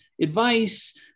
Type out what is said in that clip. advice